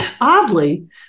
oddly